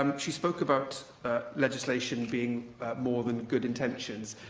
she spoke about legislation being more than good intentions.